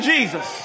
Jesus